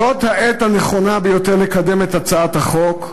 זאת העת הנכונה ביותר לקדם את הצעת החוק.